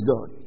God